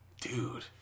Dude